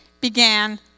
began